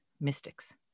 mystics